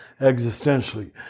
existentially